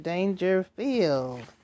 Dangerfield